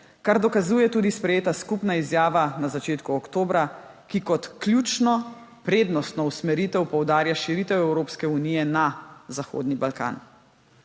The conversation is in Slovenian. kar dokazuje tudi sprejeta skupna izjava na začetku oktobra, ki kot ključno prednostno usmeritev poudarja širitev Evropske unije na Zahodni Balkan.